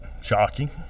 Shocking